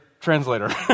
translator